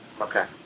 Okay